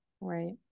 right